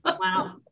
Wow